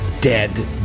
dead